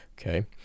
okay